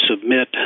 submit